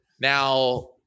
Now